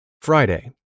Friday